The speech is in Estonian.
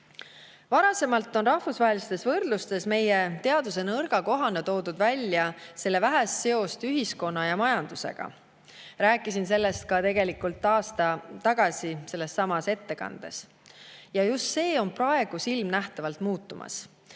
Varasemalt on rahvusvahelistes võrdlustes meie teaduse nõrga kohana toodud välja selle vähest seost ühiskonna ja majandusega. Rääkisin sellest ka aasta tagasi sellessamas ettekandes. Ja just see on praegu silmnähtavalt muutumas.